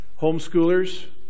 Homeschoolers